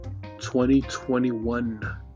2021